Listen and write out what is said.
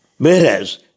Whereas